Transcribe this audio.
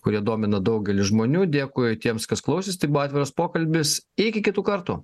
kurie domina daugelį žmonių dėkui tiems kas klausėsi tai buvo atviras pokalbis iki kitų kartų